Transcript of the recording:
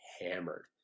hammered